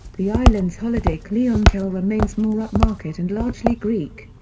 the island's holiday clientele remains more upmarket and largely greek.